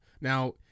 Now